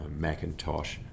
Macintosh